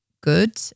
good